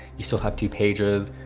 you still have two pages,